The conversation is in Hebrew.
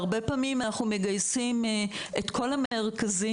הרבה פעמים אנחנו מגייסים את כל המרכזים,